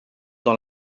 dans